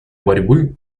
борьбы